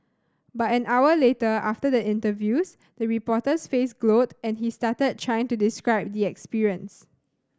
but an hour later after the interviews the reporter's face glowed and he stuttered trying to describe the experience